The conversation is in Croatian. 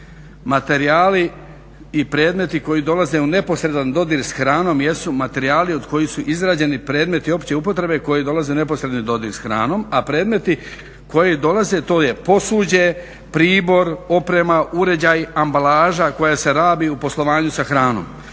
Materijali i predmeti koji dolaze u neposredan dodir s hranom jesu materijali od kojih su izrađeni predmeti opće upotrebe koji dolaze u neposredni dodir s hranom, a predmeti koji dolaze to je posuđe, pribor, oprema, uređaji, ambalaža koja se rabi u poslovanju sa hranom.